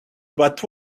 but